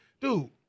dude